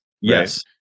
Yes